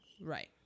right